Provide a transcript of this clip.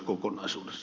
herra puhemies